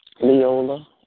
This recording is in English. Leola